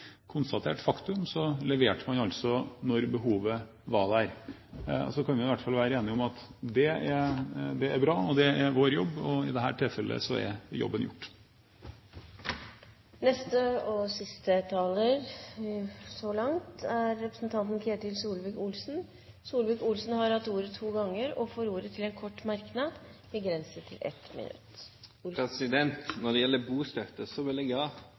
konstatert faktum, leverte vi altså når behovet var der. Så kan vi i hvert fall være enige om at det er bra, det er vår jobb, og i dette tilfellet er jobben gjort. Ketil Solvik-Olsen har hatt ordet to ganger og får ordet til en kort merknad, begrenset til 1 minutt. Når det gjelder bostøtte: Ja, opposisjonen hadde faktisk en analyse, for vi så